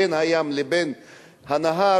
בין הים לבין הנהר,